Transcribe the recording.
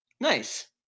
Nice